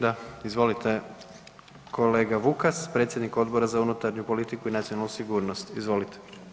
Da, izvolite kolega Vukas predsjednik Odbora za unutarnju politiku i nacionalnu sigurnost, izvolite.